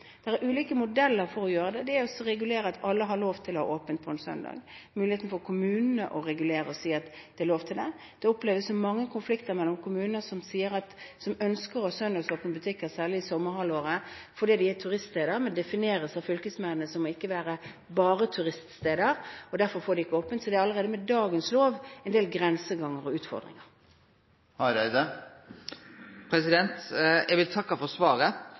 Det er ulike modeller for dette. Man kan regulere slik at alle har lov til å ha åpent søndag, man kan gi kommunene mulighet til regulere slik at det er lov. Man opplever mange konflikter når det gjelder kommuner som ønsker å ha søndagsåpne butikker – særlig i sommerhalvåret – fordi de er turiststeder, men som av fylkesmennene defineres som ikke å være bare turiststeder. Derfor får de ikke ha åpent. Allerede med dagens lov er det en del grenseganger og utfordringer. Eg vil takke for svaret.